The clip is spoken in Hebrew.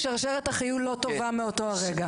שרשרת החיול לא טובה מאותו הרגע.